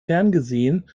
ferngesehen